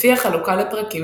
לפי החלוקה לפרקים,